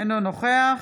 אינו נוכח